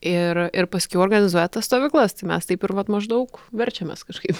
ir ir paskiau organizuoja tas stovyklas tai mes taip ir vat maždaug verčiamės kažkaip